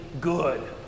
good